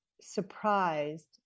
surprised